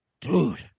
dude